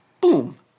Boom